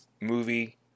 movie